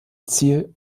ziel